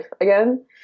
again